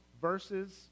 verses